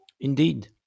Indeed